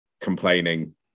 complaining